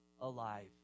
alive